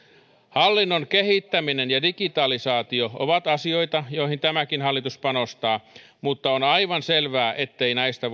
hallinnon kehittäminen ja digitalisaatio ovat asioita joihin tämäkin hallitus panostaa mutta on aivan selvää ettei näistä